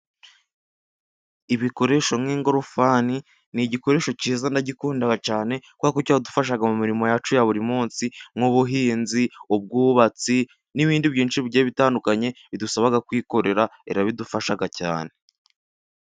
Ibikoresho nk'ingorofani ni igikoresho cyiza ndagikunga cyane, kubera ko kiradufasha mu mirimo yacu ya buri munsi nk'ubuhinzi, ubwubatsi n'ibindi byinshi bigiye bitandukanye, bidusaba kwikorera irabidufasha cyane.